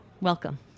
Welcome